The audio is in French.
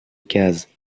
case